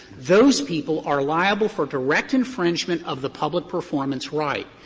those people are liable for direct infringement of the public performance right.